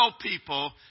people